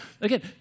again